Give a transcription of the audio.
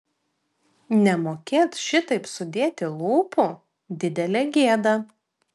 nemokėt šitaip sudėti lūpų didelė gėda